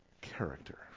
character